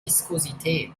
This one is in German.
viskosität